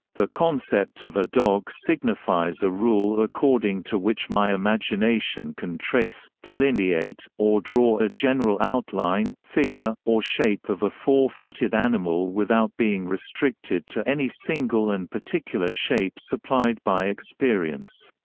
the concept of a dog signifies a rule according to which my imagination can trace, delineate, or draw a general outline, figure, or shape of a four-footed animal without being restricted to any single and particular shape supplied by experience.